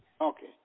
Okay